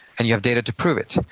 and you have data to prove it.